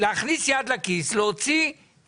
להכניס יד לכיס, להוציא כך